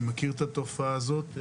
אני מכיר את התופעה הזאת.